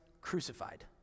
crucified